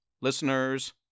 listeners